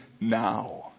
now